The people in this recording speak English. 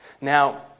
Now